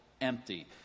empty